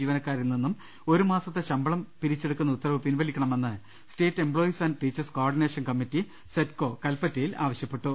ജീവനക്കാരിൽ നിന്നും ഒരുമാസത്തെ ശമ്പളം പിരിച്ചെടുക്കുന്ന ഉത്തരവ് പിൻവലിക്കണമെന്ന് state employees and teachers coordination committee SETCO കൽപറ്റയിൽ ആവശ്യപ്പെട്ടു